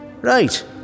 right